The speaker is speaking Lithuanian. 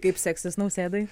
kaip seksis nausėdai